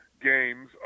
games